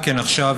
עכשיו,